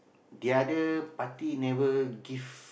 the other party never give